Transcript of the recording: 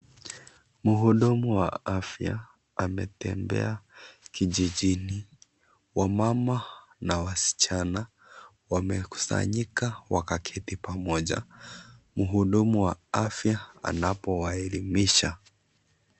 Mhudumu wa afya ametembea kijijini. Wamama na wasichana wamekusanyika wakaketi pamoja, mhudumu wa afya anapowaelimisha.